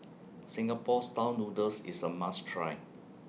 Singapore Style Noodles IS A must Try